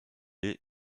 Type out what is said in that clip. est